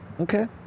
Okay